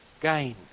gain